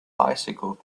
bicycles